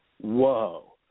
whoa